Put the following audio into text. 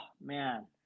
man